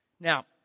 Now